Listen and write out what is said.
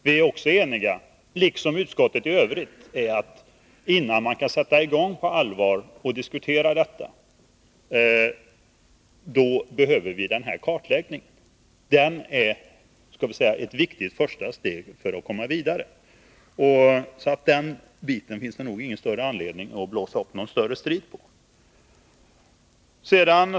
Vi är också eniga om, liksom utskottet i övrigt, att innan vi på allvar diskuterar utformningen av stödet behöver vi en kartläggning. Den är ett viktigt första steg för att komma vidare. Det finns alltså ingen anledning att blåsa upp någon större strid om detta.